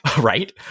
right